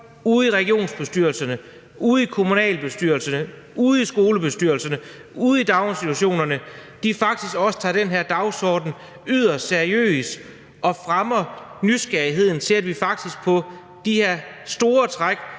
ude i regionsrådene, ude i kommunalbestyrelserne, ude i skolebestyrelserne, ude i daginstitutionerne faktisk også tager den her dagsorden yderst seriøst og fremmer nysgerrigheden, så vi faktisk på de her store træk